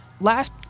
Last